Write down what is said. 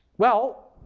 well,